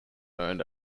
earned